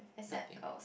nothing